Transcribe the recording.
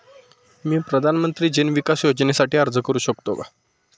मी प्रधानमंत्री जन विकास योजनेसाठी अर्ज करू शकतो का?